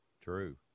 True